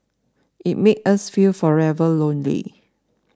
it made us feel forever alone